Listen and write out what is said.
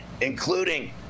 including